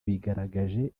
bigaragaje